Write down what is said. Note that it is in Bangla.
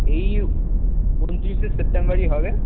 এই উনতিরিশে সেপ্টেম্বরই হবে